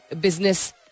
business